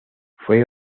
fue